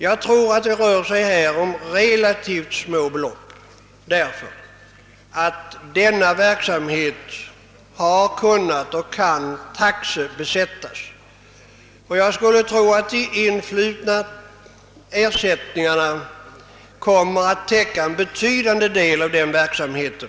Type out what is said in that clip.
Jag tror att det här rör sig om relativt små belopp, därför att denna verksamhet har kunnat och kan delvis ersättas med avgifter bestämda enligt taxa, och jag skulle tro, att de influtna ersättningarna kommer att täcka en betydande del av kostnaderna för denna verksamhet.